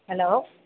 hello